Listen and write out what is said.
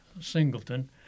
Singleton